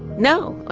no.